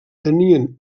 tenien